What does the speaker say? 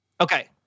Okay